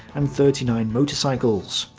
and thirty nine motorcycles.